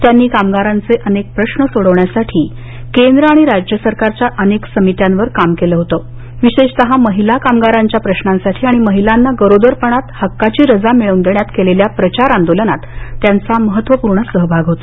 त्यांनी कामगारांचे अनेक प्रश्न सोडवण्यासाठी केंद्र आणि राज्य सरकारच्या अनेक समित्यांवर काम केलं होत विशेषतः महिला कामगारांच्या प्रश्नसाठी आणि महिलांना गरोदर पणात हक्काची रजा मिळवून देण्यात केलेल्या प्रचार आंदोलनांत त्यांचा महत्वपूर्ण सहभाग होता